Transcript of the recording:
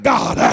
God